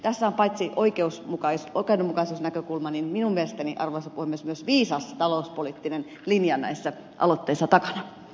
tässä on paitsi oikeudenmukaisuusnäkökulma minun mielestäni arvoisa puhemies myös viisas talouspoliittinen linja näissä aloitteissa takana